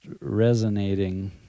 resonating